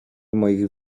moich